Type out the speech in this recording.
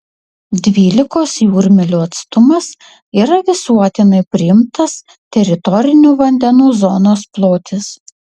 dvylikos jūrmylių atstumas yra visuotinai priimtas teritorinių vandenų zonos plotis